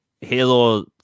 Halo